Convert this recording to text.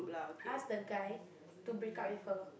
ask the guy to break up with her